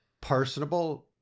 personable